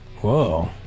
Whoa